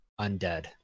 undead